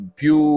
più